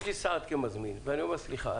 יש לי סעד כמזמין ואני אומר: סליחה,